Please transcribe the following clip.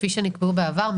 כפי שנקבעו בעבר,